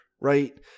right